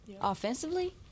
offensively